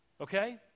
okay